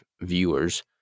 viewers